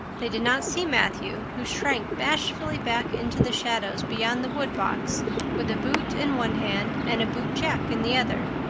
they did not see matthew, who shrank bashfully back into the shadows beyond the woodbox with a boot in one hand and a bootjack in the other,